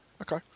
Okay